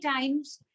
times